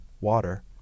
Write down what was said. water